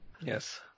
Yes